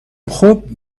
خوب